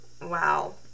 wow